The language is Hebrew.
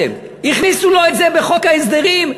הכניסו לו את זה לחוק ההסדרים,